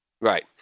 right